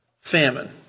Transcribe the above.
famine